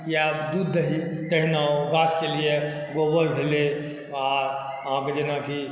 या दूध दही तहिना ओ गाछकेँ लियऽ गोबर भेलै आ आहाँ कऽ जेनाकि